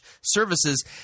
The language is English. services